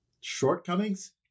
shortcomings